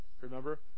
remember